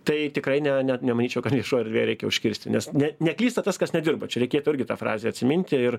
tai tikrai ne ne nemanyčiau kad viešoj erdvėj reikia užkirsti nes ne neklysta tas kas nedirba čia reikėtų irgi tą frazę atsiminti ir